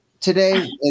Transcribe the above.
today